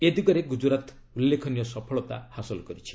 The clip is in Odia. ଏ ଦିଗରେ ଗୁଜରାତ ଉଲ୍ଲ୍ରେଖନୀୟ ସଫଳତା ହାସଲ କରିଛି